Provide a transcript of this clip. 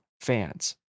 fans